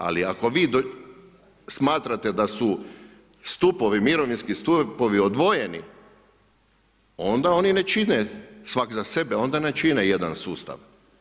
Ali ako vi smatrate da su stupovi mirovinski odvojeni, onda oni ne čine svak' za sebe, onda ne čine jedan sustav.